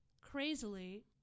crazily